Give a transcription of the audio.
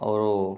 ಅವರು